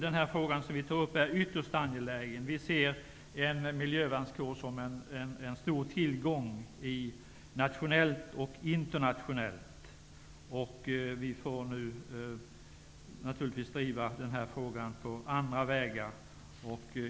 Den fråga som vi tar upp är ytterst angelägen. Vi ser en miljövärnskår som en stor tillgång nationellt och internationellt. Vi får nu naturligtvis driva denna fråga på andra vägar.